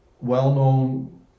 well-known